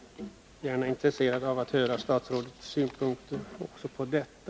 Jag är intresserad av att höra statsrådets synpunkter också på detta.